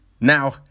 Now